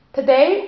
Today